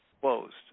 closed